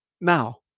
Now